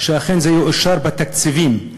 שאכן זה יאושר בתקציבים.